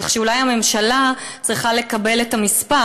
כך שאולי הממשלה צריכה לקבל את המספר,